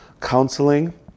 counseling